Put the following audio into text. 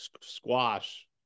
squash